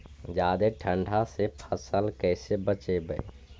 जादे ठंडा से फसल कैसे बचइबै?